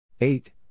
Eight